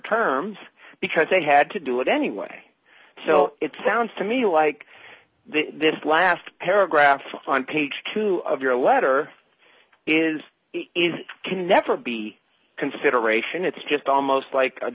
term because they had to do it anyway so it sounds to me like they did last paragraph on page two of your letter is it can never be a consideration it's just almost like